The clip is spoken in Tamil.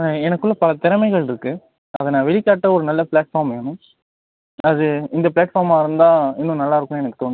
ஆ எனக்குள்ளே பல திறமைகள் இருக்கு அதை நான் வெளிக்காட்ட ஒரு நல்ல ப்ளாட்ஃபார்ம் வேணும் அது இந்த ப்ளாட்ஃபார்மாக இருந்தால் இன்னும் நல்லா இருக்கும்னு எனக்கு தோணுச்சு